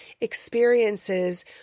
experiences